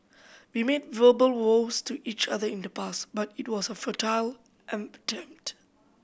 we made verbal vows to each other in the past but it was a futile